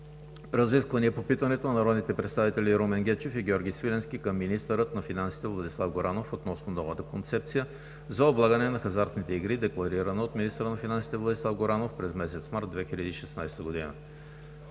Разисквания по питането на народните представители Румен Гечев и Георги Свиленски към министъра на финансите Владислав Горанов относно „нова концепция за облагане на хазартните игри“, декларирана от министъра на финансите Владислав Горанов през месец март 2016 г.